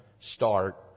start